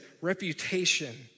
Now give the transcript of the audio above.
reputation